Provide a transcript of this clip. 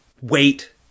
wait